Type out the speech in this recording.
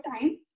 time